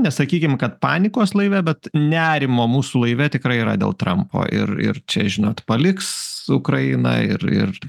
nesakykim kad panikos laive bet nerimo mūsų laive tikrai yra dėl trampo ir ir čia žinot paliks ukrainą ir ir